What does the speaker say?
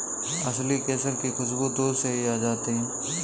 असली केसर की खुशबू दूर से ही आ जाती है